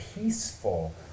peaceful